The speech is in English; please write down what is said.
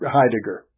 Heidegger